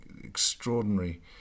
extraordinary